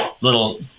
little